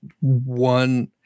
one